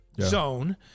zone